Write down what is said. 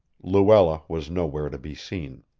luella was nowhere to be seen.